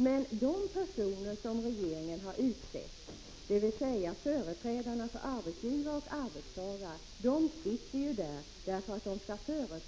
Men de personer som regeringen har utsett, dvs. företrädarna för arbetsgivare och arbetstagare,